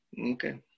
Okay